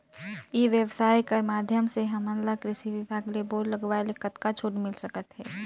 ई व्यवसाय कर माध्यम से हमन ला कृषि विभाग ले बोर लगवाए ले कतका छूट मिल सकत हे?